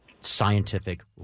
scientific